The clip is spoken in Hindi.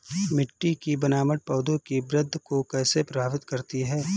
मिट्टी की बनावट पौधों की वृद्धि को कैसे प्रभावित करती है?